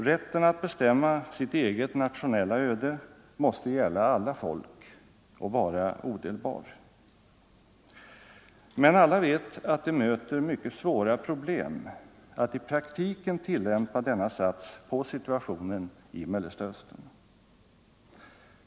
Rätten att bestämma sitt eget nationella öde måste gälla alla folk och vara odelbar. Men alla vet att det möter mycket svåra problem att i praktiken tillämpa denna sats på situationen i Mellersta Östern.